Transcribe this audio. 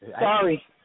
Sorry